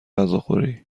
غذاخوری